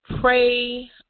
pray